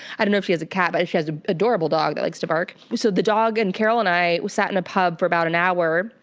i don't know if she has a cat, but she has an adorable dog that likes to bark. so the dog and carole and i, we sat in a pub for about an hour.